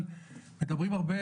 מדברים על,